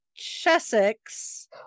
chessex